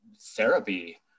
therapy